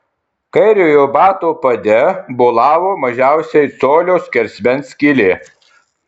kairiojo bato pade bolavo mažiausiai colio skersmens skylė